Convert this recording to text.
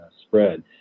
spread